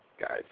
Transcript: guys